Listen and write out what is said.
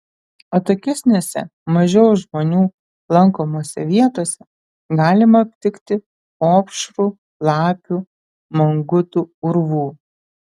atokesnėse mažiau žmonių lankomose vietose galima aptikti opšrų lapių mangutų urvų